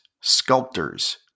sculptors